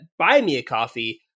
buymeacoffee